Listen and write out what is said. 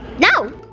no.